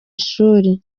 ishuri